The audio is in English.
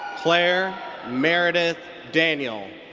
claire meredith daniel.